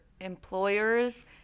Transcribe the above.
employers